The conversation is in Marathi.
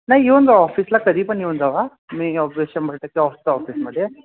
नाही येऊन जा ऑफिसला कधी पण येऊन जावा मी ऑफिस शंभर टक्के ऑफिसमध्ये